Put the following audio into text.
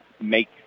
make